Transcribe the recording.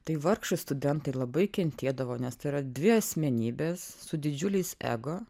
tai vargšai studentai labai kentėdavo nes tai yra dvi asmenybės su didžiuliais ego